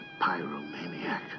pyromaniac